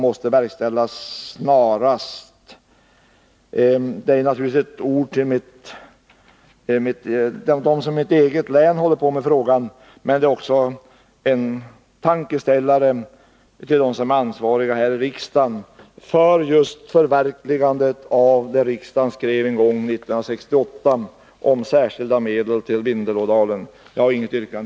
Detta är naturligtvis något som jag vill ha sagt till dem i mitt eget län som arbetar med frågan, men det kan också vara en tankeställare för dem här i riksdagen som är ansvariga för förverkligandet av det som riksdagen uttalade 1968 om särskilda medel till Vindelådalen. Herr talman! Jag har inget yrkande.